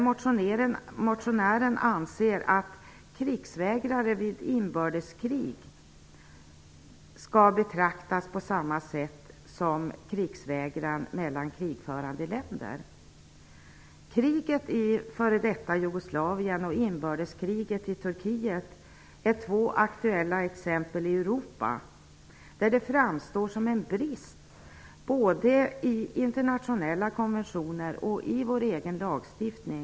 Motionären anser att krigsvägran vid inbördeskrig skall betraktas på samma sätt som krigsvägran vid krig mellan krigförande länder. Turkiet är två aktuella exempel i Europa där det finns en brist både i internationella konventioner och i vår egen lagstiftning.